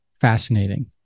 fascinating